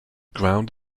ground